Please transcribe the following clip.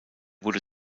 wurde